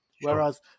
Whereas